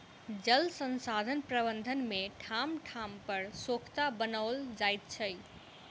जल संसाधन प्रबंधन मे ठाम ठाम पर सोंखता बनाओल जाइत छै